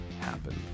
happen